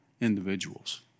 individuals